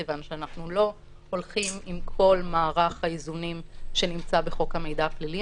כיוון שאנחנו לא הולכים עם כל מערך האיזונים שנמצא בחוק המידע הפלילי,